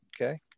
okay